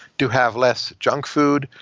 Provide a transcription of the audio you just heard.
to have less junk food,